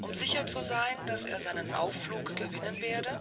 um sicher zu sein daß er seinen aufflug gewinnen werde